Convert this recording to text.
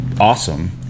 awesome